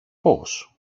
πώς